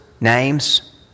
names